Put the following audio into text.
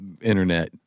internet